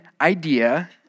idea